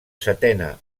setena